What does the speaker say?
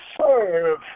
serve